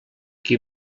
qui